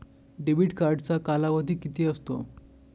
Debit कार्डचा कालावधी किती असतो?